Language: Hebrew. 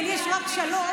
ולי יש רק שלוש,